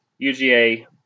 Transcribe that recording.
UGA